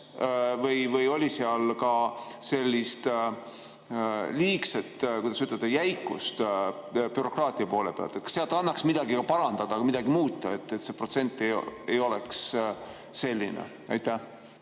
või oli seal ka sellist liigset, kuidas ütelda, jäikust bürokraatia poole pealt? Kas annaks midagi parandada, midagi muuta, et see protsent ei oleks selline? Aitäh